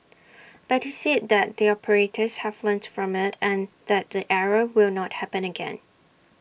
but he said that the operators have learnt from IT and that the error will not happen again